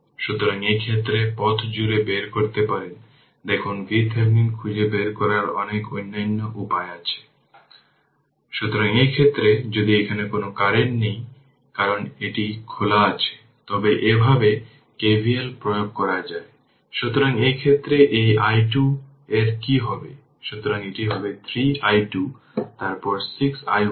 সুতরাং রেজিস্টেন্সক রূপান্তর কারেন্ট বৈদ্যুতিক পাওয়ার রূপান্তর কিন্তু ক্যাপাসিটর এবং ইনডাক্টর হল পাওয়ার স্টোরেজ এলিমেন্ট